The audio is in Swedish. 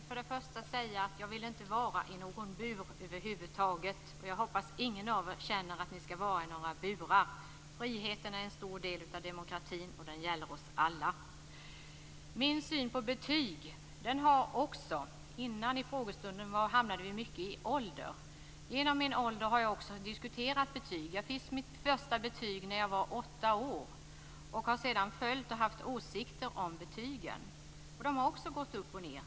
Fru talman! Jag vill inte vara i någon bur över huvud taget. Jag hoppas att ingen av oss känner att det skall vara några burar. Friheten är en stor del av demokratin, och det gäller oss alla. Synen på betygen kom under frågestunden här innan att handla mycket om ålder. Genom åren har jag diskuterat betygen. Jag fick mitt första betyg när jag var åtta år. Sedan har jag följt frågan och haft åsikter om betygen. Det har gått upp och ned.